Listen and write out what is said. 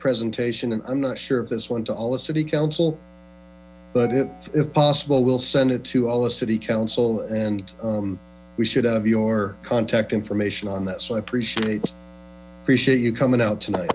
presentation and i'm not sure if this went to all the city council but if possible we'll send it to all the city council and we should have your contact information on that so i appreciate appreciate you coming out tonight